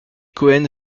cohen